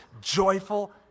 joyful